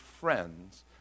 friends